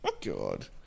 God